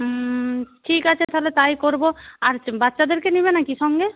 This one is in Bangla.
হুম ঠিক আছে তা হলে তাই করব আর হচ্ছে বাচ্চাদেরকে নেবে নাকি সঙ্গে